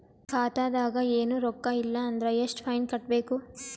ಖಾತಾದಾಗ ಏನು ರೊಕ್ಕ ಇಲ್ಲ ಅಂದರ ಎಷ್ಟ ಫೈನ್ ಕಟ್ಟಬೇಕು?